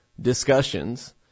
discussions